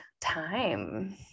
time